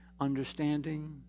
understanding